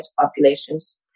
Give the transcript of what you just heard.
populations